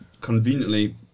Conveniently